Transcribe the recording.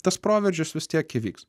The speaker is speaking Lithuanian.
tas proveržis vis tiek įvyks